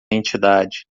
entidade